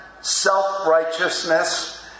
self-righteousness